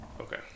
Okay